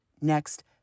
next